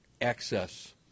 access